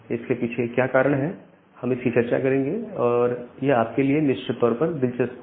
इसके पीछे का कारण क्या है हम इसकी चर्चा करेंगे और यह आपके लिए निश्चित तौर पर दिलचस्प होगा